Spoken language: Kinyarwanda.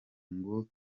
birunga